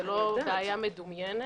זה לא בעיה מדומיינת.